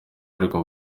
ariko